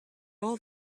all